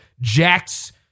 Jack's